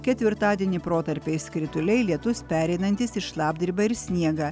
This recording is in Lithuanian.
ketvirtadienį protarpiais krituliai lietus pereinantis į šlapdribą ir sniegą